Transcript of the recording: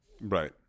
Right